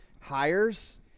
hires